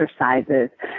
exercises